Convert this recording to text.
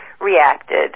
reacted